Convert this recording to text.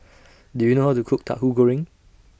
Do YOU know How to Cook Tahu Goreng